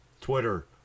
Twitter